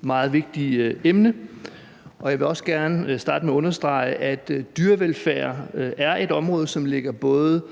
meget vigtige emne, og jeg vil også gerne starte med at understrege, at dyrevelfærd er et område, som ligger både